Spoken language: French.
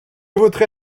voterai